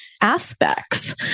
aspects